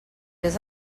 vés